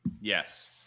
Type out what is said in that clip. Yes